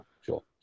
sure